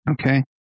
okay